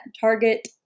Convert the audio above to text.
target